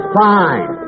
fine